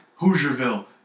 Hoosierville